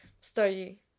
study